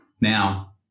Now